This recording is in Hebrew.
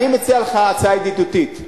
אני מציע לך הצעה ידידותית.